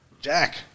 Jack